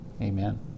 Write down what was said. Amen